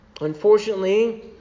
Unfortunately